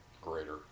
greater